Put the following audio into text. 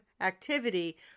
activity